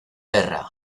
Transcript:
guerra